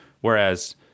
Whereas